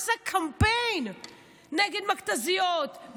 עשה קמפיין נגד מכת"זיות,